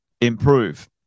improve